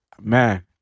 Man